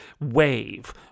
wave